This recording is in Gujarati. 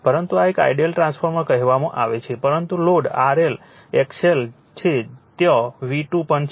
પરંતુ આ એક આઇડીઅલ ટ્રાન્સફોર્મર કહેવામાં આવે છે પરંતુ લોડ RL XL છે ત્યાં V2 પણ છે